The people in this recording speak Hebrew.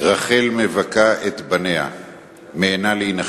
רחל מבכה על בניה מיאנה להינחם.